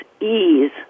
ease